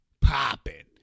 popping